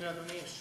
לאדוני יש